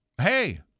Hey